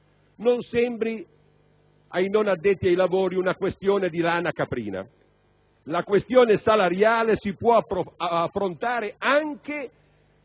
Non sembri ai non addetti ai lavori una questione di lana caprina: la questione salariale si può affrontare anche